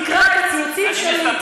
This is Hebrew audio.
תקרא את הציוצים שלי,